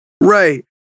Right